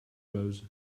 rose